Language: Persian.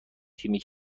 تیمی